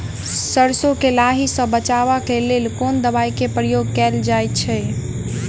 सैरसो केँ लाही सऽ बचाब केँ लेल केँ दवाई केँ प्रयोग कैल जाएँ छैय?